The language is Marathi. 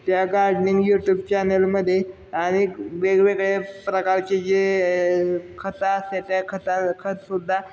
त्या गार्डनिंग यूट्यूब चॅनलमध्ये आणि वेगवेगळे प्रकारचे जे खतं असते त्या खतं खतसुद्धा